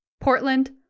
Portland